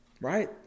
Right